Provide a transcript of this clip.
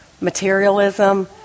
materialism